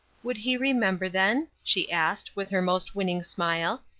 would he remember, then, she asked, with her most winning smile,